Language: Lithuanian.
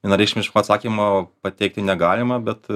vienareikšmiško atsakymo pateikti negalima bet